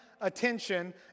attention